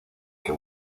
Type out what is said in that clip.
que